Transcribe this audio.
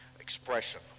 expression